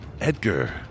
Edgar